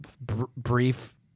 brief